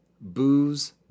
Booze